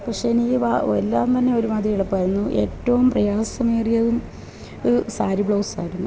പക്ഷെ എനിക്ക് എല്ലാംതന്നെ ഒരുമാതിരി എളുപ്പമായിരുന്നു ഏറ്റവും പ്രയാസമേറിയതും സാരി ബ്ലൗസായിരുന്നു